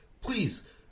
Please